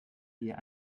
wir